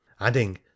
adding